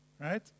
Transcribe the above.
right